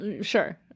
sure